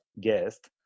guest